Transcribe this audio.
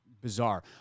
bizarre